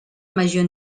major